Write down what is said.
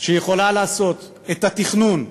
שיכולה לעשות את התכנון,